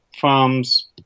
farms